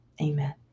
Amen